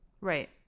right